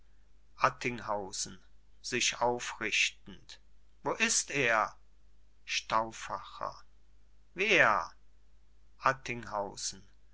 attinghausen sich aufrichtend wo ist er stauffacher wer